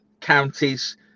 counties